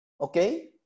okay